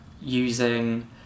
using